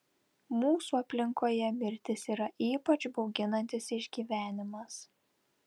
mūsų aplinkoje mirtis yra ypač bauginantis išgyvenimas